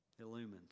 illumined